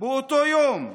באותו היום,